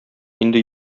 инде